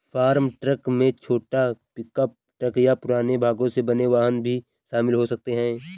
farm truck में छोटे pickup truck या पुराने भागों से बने वाहन भी शामिल हो सकते हैं